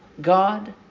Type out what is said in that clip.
God